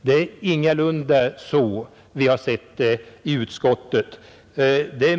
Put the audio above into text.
Det är ingalunda så vi i utskottet har sett det.